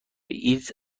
ایدز